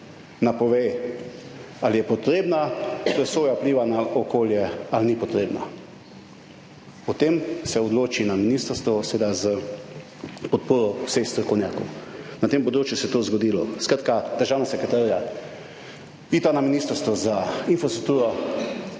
napove ali je potrebna presoja vpliva na okolje ali ni potrebna, potem se odloči na ministrstvu, seveda s podporo vseh strokovnjakov na tem področju se je to zgodilo. Skratka, državna sekretarja, idita na Ministrstvu za infrastrukturo